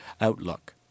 outlook